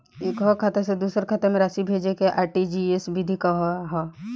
एकह खाता से दूसर खाता में राशि भेजेके आर.टी.जी.एस विधि का ह?